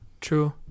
true